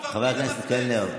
חבר הכנסת קלנר,